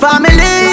Family